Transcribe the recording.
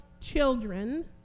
children